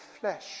flesh